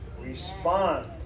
Respond